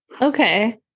Okay